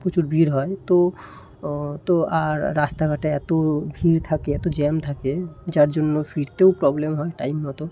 প্রচুর ভিড় হয় তো তো আর রাস্তাঘাটে এত ভিড় থাকে এত জ্যাম থাকে যার জন্য ফিরতেও প্রব্লেম হয় টাইম মতো